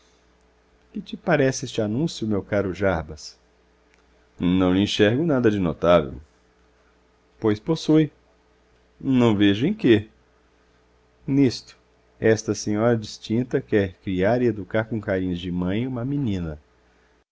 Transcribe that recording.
que te parece este anúncio meu caro jarbas não lhe enxergo nada de notável pois possui não vejo em quê nisto essa senhora distinta quer criar e educar com carinhos de mãe uma menina